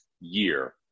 year